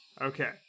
Okay